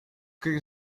kõige